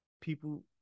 people